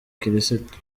kirisitu